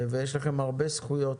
יש לכם הרבה זכויות,